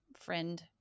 friend